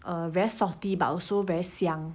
err very salty but also very 香